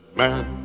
man